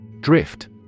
Drift